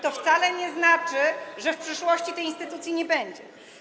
to wcale nie znaczy, że w przyszłości tej instytucji nie będzie.